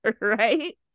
right